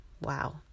wow